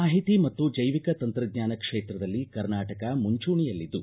ಮಾಹಿತಿ ಮತ್ತು ಜೈವಿಕ ತಂತ್ರಜ್ಜಾನ ಕ್ಷೇತ್ರದಲ್ಲಿ ಕರ್ನಾಟಕ ಮುಂಚೂಣಿಯಲ್ಲಿದ್ದು